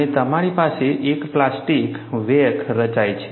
અને તમારી પાસે એક પ્લાસ્ટિક વેક રચાય છે